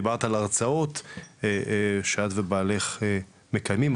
דיברת על ההרצאות שאת ובעלך מקיימים,